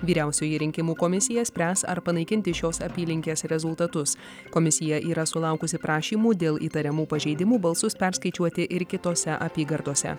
vyriausioji rinkimų komisija spręs ar panaikinti šios apylinkės rezultatus komisija yra sulaukusi prašymų dėl įtariamų pažeidimų balsus perskaičiuoti ir kitose apygardose